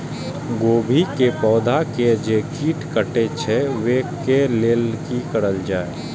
गोभी के पौधा के जे कीट कटे छे वे के लेल की करल जाय?